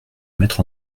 mettre